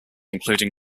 including